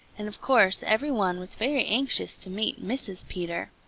and of course every one was very anxious to meet mrs. peter.